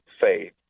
faith